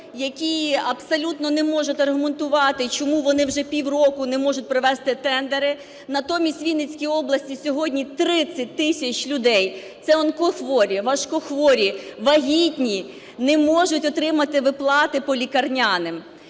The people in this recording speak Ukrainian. які абсолютно не можуть аргументувати, чому вони вже півроку не можуть провести тендери. Натомість у Вінницькій області сьогодні 30 тисяч людей, це онкохворі, важкохворі, вагітні, не можуть отримати виплати по лікарняним.